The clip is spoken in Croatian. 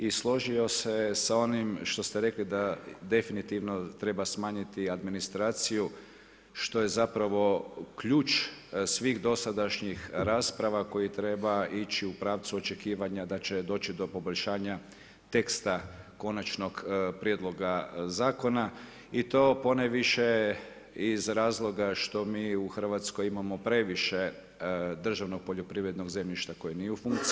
I složio se s onim, što ste rekli, da definitivno treba smanjiti administraciju, što je zapravo ključ svih dosadašnjih rasprava, koje treba ići u pravcu očekivanja da će doći do poboljšanja teksta konačnog prijedloga zakona i to ponajviše iz razloga što mi u Hrvatskoj imamo previše državnog poljoprivrednog zemljišta koje nije u funkciji.